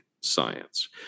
science